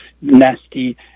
nasty